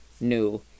new